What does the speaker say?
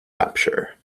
rapture